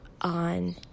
on